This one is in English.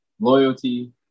loyalty